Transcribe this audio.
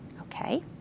Okay